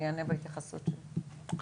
אני אענה בהתייחסות שלי.